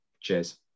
Cheers